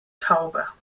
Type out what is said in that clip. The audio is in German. tauber